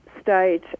state